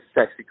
sexy